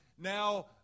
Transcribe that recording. now